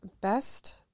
Best